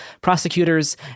prosecutors